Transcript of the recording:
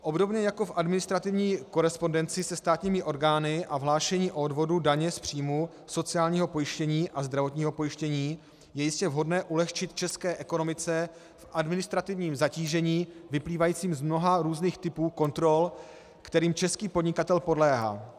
Obdobně jako v administrativní korespondenci se státními orgány a v hlášení o odvodu daně z příjmu, sociálního pojištění a zdravotního pojištění je jistě vhodné ulehčit české ekonomice v administrativním zatížení vyplývajícím z mnoha různých typů kontrol, kterým český podnikatel podléhá.